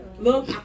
Look